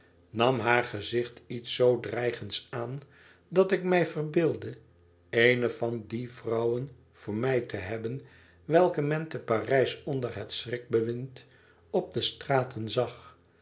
nam haar gezicht iets zoo dreigends aan dat ik mij verbeeldde eene van die vrouwen voor mij te hebben welke men te p a r ij s onder het schrikbewind op de straten zag